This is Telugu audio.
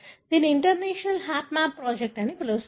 దీనిని ఇంటర్నేషనల్ హాప్ మ్యాప్ ప్రాజెక్ట్ అని పిలుస్తారు